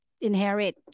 inherit